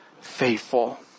faithful